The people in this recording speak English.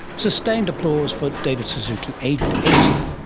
sustained applause for david suzuki, aged eighty,